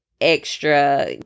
extra